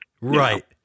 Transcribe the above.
Right